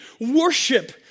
worship